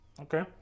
Okay